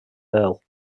earl